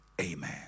Amen